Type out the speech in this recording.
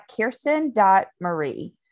Kirsten.marie